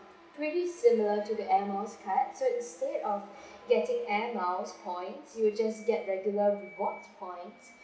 maybe similar to the air miles card so instead of getting air miles point you will just get regular rewards points